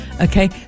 Okay